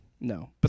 No